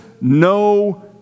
no